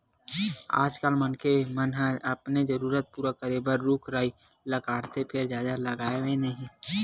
आजकाल मनखे मन ह अपने जरूरत पूरा करे बर रूख राई ल काटथे फेर जादा लगावय नहि